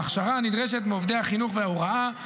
ההכשרה הנדרשת מעובדי החינוך וההוראה,